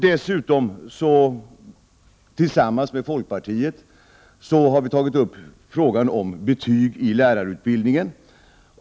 Dessutom har vi tillsammans med folkpartiet tagit upp frågan om betyg i lärarutbildningen.